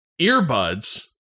Earbuds